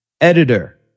editor